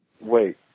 Wait